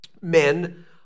men